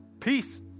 peace